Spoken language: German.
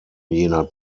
jener